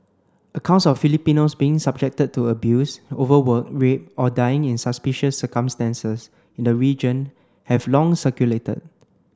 accounts of Filipinos being subjected to abuse overwork rape or dying in suspicious circumstances in the region have long circulated